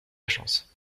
chance